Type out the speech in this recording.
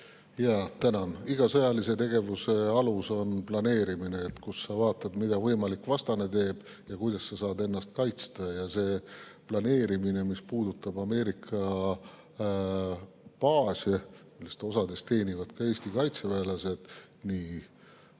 Jaa, tänan! Igasuguse sõjalise tegevuse alus on planeerimine, mille puhul sa vaatad, mida võimalik vastane teeb ja kuidas sa saad ennast kaitsta. Ja see planeerimine, mis puudutab Ameerika baase, millest osas teenivad ka Eesti kaitseväelased – nii